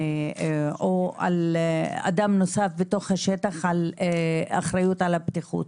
או על אדם נוסף בתוך השטח על אחריות על הבטיחות,